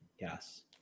Yes